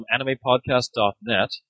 AnimePodcast.net